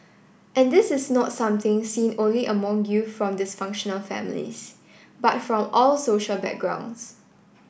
and this is not something seen only among youth from dysfunctional families but from all social backgrounds